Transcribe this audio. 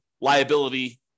liability